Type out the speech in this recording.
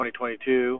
2022